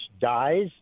dies